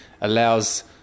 allows